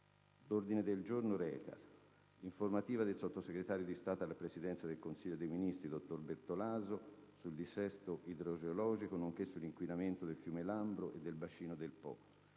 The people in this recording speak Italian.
politici. **Informativa del sottosegretario di Stato alla Presidenza del Consiglio dei ministri Bertolaso sul dissesto idrogeologico nonché sull'inquinamento del fiume Lambro e del bacino del Po